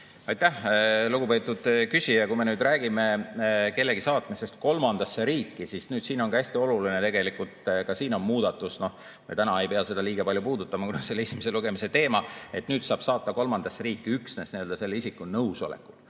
Aitäh, lugupeetud küsija! Kui me räägime kellegi saatmisest kolmandasse riiki, siis siin on hästi oluline tegelikult – ka siin on muudatus, me täna ei pea seda liiga palju puudutama, kuna see oli esimese lugemise teema –, et nüüd saab saata kolmandasse riiki üksnes selle isiku nõusolekul.